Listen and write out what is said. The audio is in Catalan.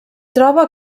troba